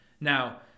Now